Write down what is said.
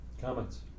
Comments